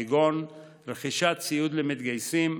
כגון רכישת ציוד למתגייסים,